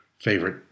favorite